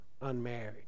unmarried